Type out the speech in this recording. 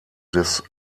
des